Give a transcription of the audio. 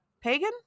pagan